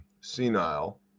senile